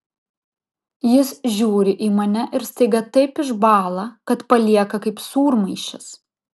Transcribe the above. jis žiūri į mane ir staiga taip išbąla kad palieka kaip sūrmaišis